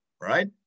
right